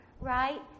right